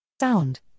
Sound